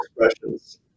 expressions